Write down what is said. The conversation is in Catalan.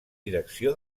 direcció